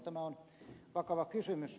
tämä on vakava kysymys